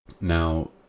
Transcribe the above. Now